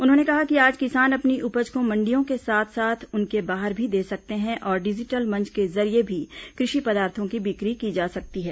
उन्होंने कहा कि आज किसान अपनी उपज को मंडियों के साथ साथ उनके बाहर भी दे सकते हैं और डिजिटल मंच के जरिए भी कृषि पदार्थों की बिक्री की जा सकती है